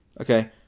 Okay